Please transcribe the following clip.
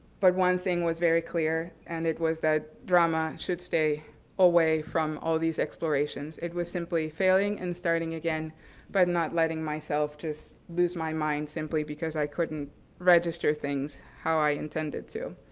but one thing was very clear, and it was that drama should stay away from all these explorations. it was simply failing and starting again but not letting myself just lose my mind simply because i couldn't register things how i intended to.